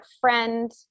friend